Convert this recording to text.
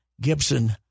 Gibson